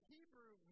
Hebrew